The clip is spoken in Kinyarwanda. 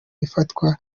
ifatwa